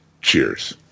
Cheers